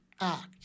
act